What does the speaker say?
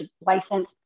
license